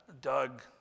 Doug